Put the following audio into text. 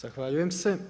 Zahvaljujem se.